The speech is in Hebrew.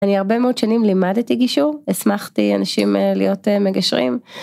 אני הרבה מאוד שנים לימדתי גישור, הסמכתי אנשים להיות מגשרים.